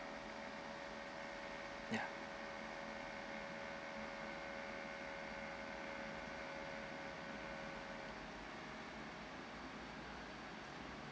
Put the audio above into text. ya